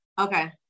Okay